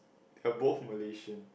are both Malaysian